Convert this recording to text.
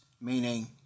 meaning